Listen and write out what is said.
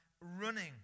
running